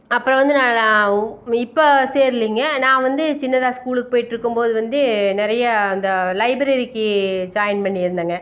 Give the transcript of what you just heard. அப்புறம் வந்து நான் இப்போ சேரலைங்க நான் வந்து சின்னதாக ஸ்கூலுக்கு போயிட்ருக்கும் போது வந்து நிறையா அந்த லைப்ரரிக்கு ஜாயின் பண்ணி இருந்தேன்ங்க